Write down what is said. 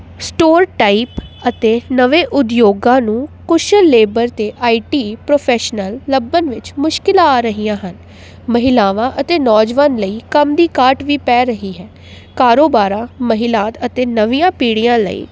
store type ਅਤੇ ਨਵੇਂ ਉਦਯੋਗਾਂ ਨੂੰ ਕੁਸ਼ਲ ਲੇਬਰ ਅਤੇ ਆਈ ਟੀ ਪ੍ਰੋਫੈਸ਼ਨਲ ਲੱਭਣ ਵਿੱਚ ਮੁਸ਼ਕਿਲ ਆ ਰਹੀਆਂ ਹਨ ਮਹਿਲਾਵਾਂ ਅਤੇ ਨੌਜਵਾਨ ਲਈ ਕੰਮ ਦੀ ਘਾਟ ਵੀ ਪੈ ਰਹੀ ਹੈ ਕਾਰੋਬਾਰਾਂ ਮਹਿਲਾਵਾਂ ਅਤੇ ਨਵੀਆਂ ਪੀੜ੍ਹੀਆਂ ਲਈ